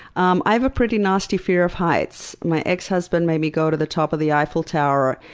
um i have a pretty nasty fear of heights. my ex-husband made me go to the top of the eiffel tower,